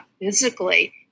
physically